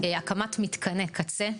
הקמת מתקני קצה.